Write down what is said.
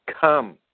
come